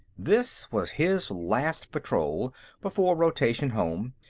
this was his last patrol before rotation home.